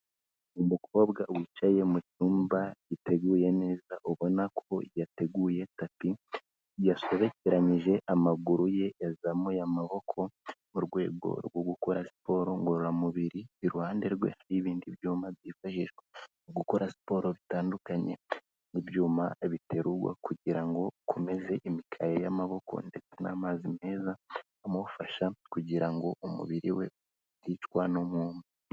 Umukobwa wicaye mu cyumba giteguye neza, ubona ko yateguye tapi yasobekeyije amaguru ye, yazamuye amaboko, mu rwego rwo gukora siporo ngororamubiri, iruhande rwe hariho ibindi byuma, byifashishwa mu gukora siporo bitandukanye n'ibyuma biterurwa kugira ngo akomeze imikaya y'amaboko ndetse n'amazi meza amufasha kugira ngo umubiri we uticwa n'umwuma.